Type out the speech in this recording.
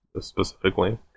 specifically